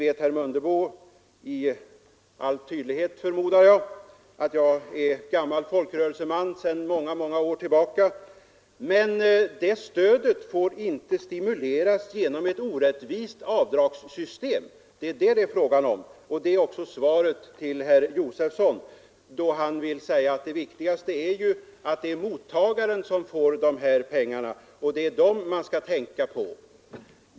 Herr Mundebo vet säkert att jag är folkrörelseman sedan många år tillbaka. Men stödet får inte stimuleras genom ett orättvist avdragssystem. Det är det frågan gäller. Detta får också utgöra ett svar till herr Josefson när han säger att det viktigaste är att mottagaren får dessa pengar och att det är mottagaren man skall tänka på.